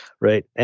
right